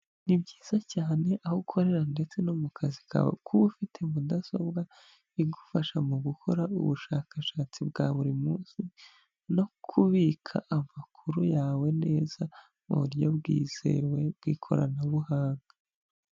Ni byiza cyane aho ukorera ndetse no mu kazi kawe kuba ufite mudasobwa igufasha mu gukora ubushakashatsi bwa buri munsi no kubika amakuru yawe neza mu buryo bwizewe bw'ikoranabuhanga.